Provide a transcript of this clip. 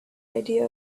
idea